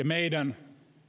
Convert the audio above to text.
meidän